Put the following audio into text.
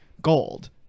gold